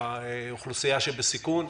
שעוסקים באוכלוסייה שבסיכון.